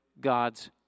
God's